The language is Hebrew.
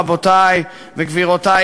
רבותי וגבירותי,